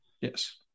Yes